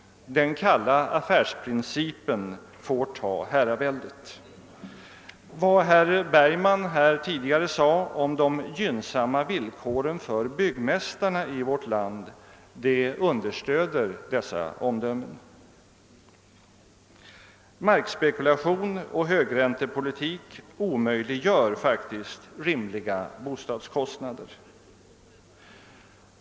Den kalla affärsprincipen får ta herraväldet. Vad herr Bergman tidigare sade om de gynnsamma villkoren för byggmästarna i vårt land understöder dessa omdömen. Markspekulation och högräntepolitik omöjliggör faktiskt rimliga bostadskostnader.